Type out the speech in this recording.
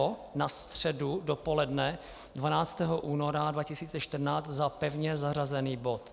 Nebo na středu dopoledne 12. února 2014 za pevně zařazený bod.